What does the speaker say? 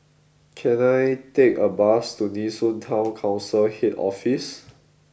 can I take a bus to Nee Soon Town Council Head Office